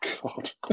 God